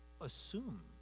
assume